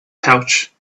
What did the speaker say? pouch